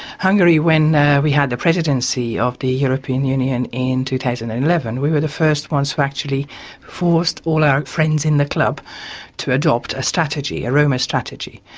hungary, when we had the presidency of the european union in two thousand and eleven, we were the first ones who actually forced all our friends in the club to adopt a strategy, a roma strategy.